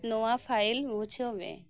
ᱱᱚᱣᱟ ᱯᱷᱟᱭᱤᱞ ᱢᱩᱪᱷᱟᱹᱣ ᱢᱮ